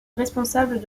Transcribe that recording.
responsables